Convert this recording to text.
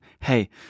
hey